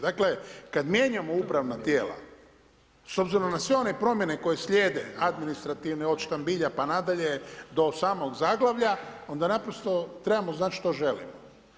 Dakle kada mijenjamo upravna tijela s obzirom na sve one promjene koje slijede, administrativne od štambilja pa nadalje, do samog zaglavlja, onda naprosto trebamo znati što želimo.